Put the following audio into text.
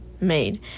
made